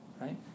right